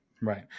Right